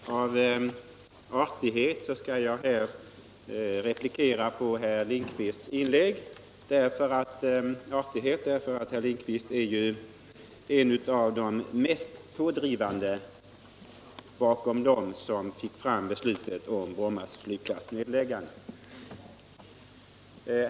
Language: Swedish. Herr talman! Av artighet skall jag här replikera på herr Lindkvists inlägg; han är ju en av de mest pådrivande bakom dem som har fått fram beslutet om Bromma flygplats nedläggande.